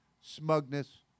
smugness